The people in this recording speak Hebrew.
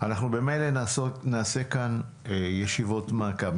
ממילא נעשה כאן ישיבות מעקב.